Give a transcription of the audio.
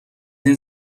این